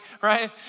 right